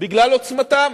בגלל עוצמתם.